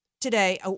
today